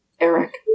Eric